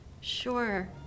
sure